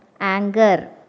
anger